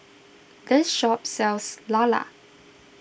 this shop sells Lala